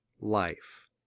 life